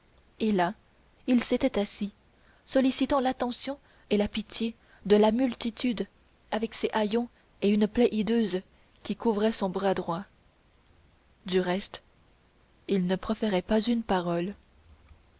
et là il s'était assis sollicitant l'attention et la pitié de la multitude avec ses haillons et une plaie hideuse qui couvrait son bras droit du reste il ne proférait pas une parole